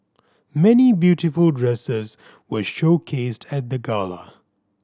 many beautiful dresses were showcased at the gala